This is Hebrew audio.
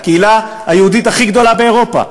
הקהילה היהודית הכי גדולה באירופה.